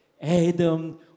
Adam